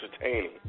entertaining